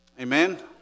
amen